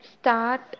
start